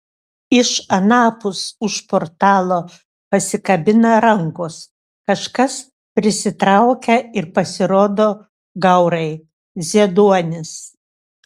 iš anapus už portalo pasikabina rankos kažkas prisitraukia ir pasirodo gaurai zieduonis